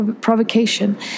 provocation